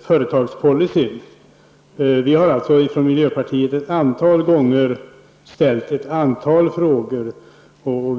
företagspolicyn. Vi i miljöpartiet har ett antal gånger ställt flera frågor kring detta.